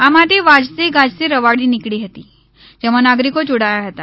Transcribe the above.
આ માટે વાજતે ગાજતે રવાડી નીકળી હતી જેમાં નાગરિકો જોડાયા હતા